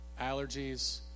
allergies